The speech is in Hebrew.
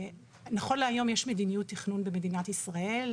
נכון להיום יש מדיניות תכנון במדינת ישראל,